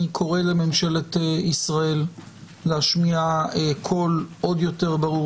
אני קורא לממשלת ישראל להשמיע קול עוד יותר ברור